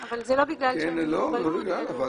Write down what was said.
כן, אבל זה לא בגלל שהם עם מוגבלות.